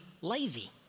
lazy